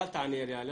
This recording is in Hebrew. ואל תענה לי עליה,